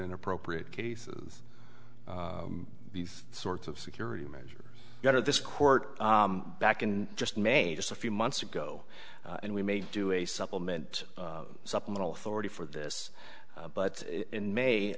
in appropriate cases these sorts of security measures that are this court back in just may just a few months ago and we may do a supplement supplemental authority for this but in may